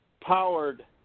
powered